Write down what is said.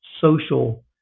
social